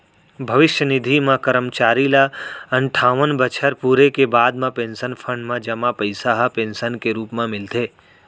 भविस्य निधि म करमचारी ल अनठावन बछर पूरे के बाद म पेंसन फंड म जमा पइसा ह पेंसन के रूप म मिलथे